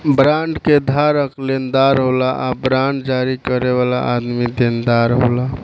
bond के धारक लेनदार होला आ बांड जारी करे वाला आदमी देनदार होला